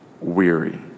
weary